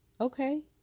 Okay